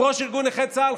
אם ראש ארגון נכי צה"ל,